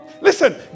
Listen